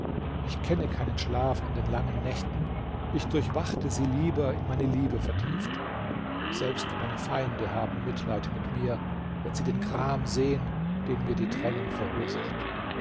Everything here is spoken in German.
ich kenne keinen schlaf in den langen nächten ich durchwachte sie lieber in meine liebe vertieft selbst meine feinde haben mitleid mit mir wenn sie den gram sehen den mir die trennung verursacht